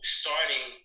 starting